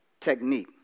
technique